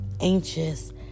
anxious